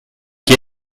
qui